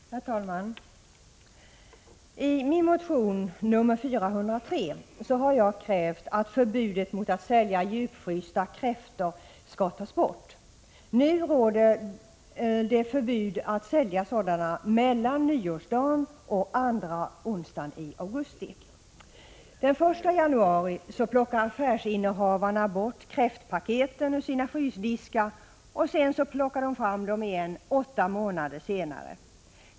Herr talman! I min motion Jo403 har jag krävt att förbudet mot att sälja djupfrysta kräftor skall tas bort. Nu råder det förbud att sälja sådana mellan nyårsdagen och andra onsdagen i augusti. Den 1 januari plockar affärsinnehavarna bort kräftpaketen ur sina frysdiskar, och sedan plockar de fram dem igen åtta månader senare.